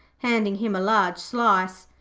handing him a large slice.